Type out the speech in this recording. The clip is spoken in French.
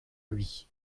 lui